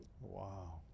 Wow